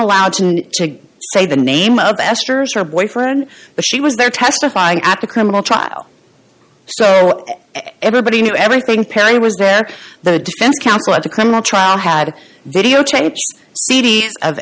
allowed to say the name of esther's her boyfriend but she was there testifying at the criminal trial so everybody knew everything perry was there the defense counsel at the criminal trial had videotape